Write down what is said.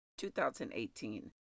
2018